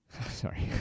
Sorry